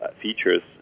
features